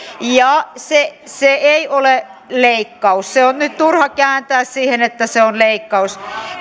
se se ei ole leikkaus se on nyt turha kääntää siihen että se on leikkaus